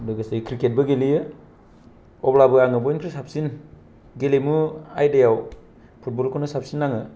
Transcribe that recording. लोगोसे क्रिकेतबो गेलेयो अब्लाबो आं बयनिख्रुय साबसिन गेलेमु आइदायाव फुटबलखौनो साबसिन नाङो